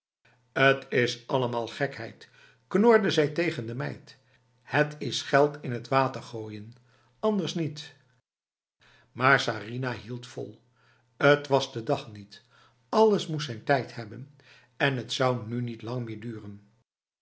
het is allemaal gekheid knorde zij tegen de meid het is geld in het water gooien anders niet maar sarinah hield vol t was de dag niet alles moest zijn tijd hebben en het zou nu niet lang meer duren